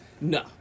No